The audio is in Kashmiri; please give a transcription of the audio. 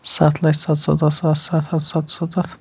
سَتھ لَچھ سَتسَتَتھ ساس سَتھ ہَتھ سَتستَتھ